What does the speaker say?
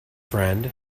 friend